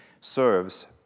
serves